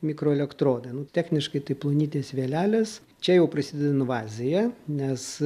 mikroelektrodai nu techniškai tai plonytės vielelės čia jau prasideda invazija nes